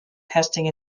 testing